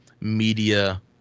media